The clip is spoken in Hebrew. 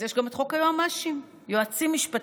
אז יש גם את חוק היועמ"שים: יועצים משפטיים